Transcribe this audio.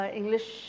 English